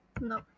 No